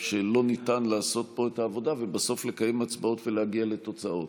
שלא ניתן לעשות פה את העבודה ובסוף לקיים הצבעות ולהגיע לתוצאות.